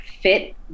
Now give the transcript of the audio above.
fit